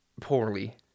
poorly